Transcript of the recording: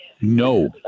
no